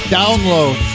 download